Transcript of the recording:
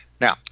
Now